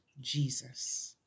Jesus